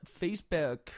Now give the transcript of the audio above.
Facebook